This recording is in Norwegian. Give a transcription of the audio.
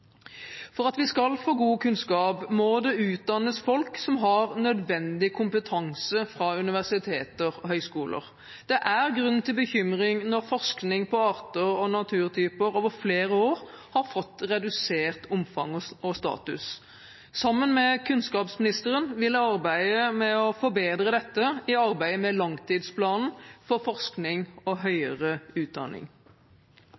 For at vi skal få god kunnskap, må det utdannes folk som har nødvendig kompetanse fra universiteter og høyskoler. Det er grunn til bekymring når forskning på arter og naturtyper over flere år har fått redusert omfang og status. Sammen med kunnskapsministeren vil jeg arbeide med å forbedre dette i arbeidet med langtidsplanen for forskning og høyere utdanning.